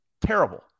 terrible